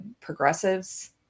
progressives